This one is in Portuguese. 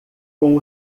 com